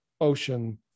ocean